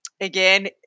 again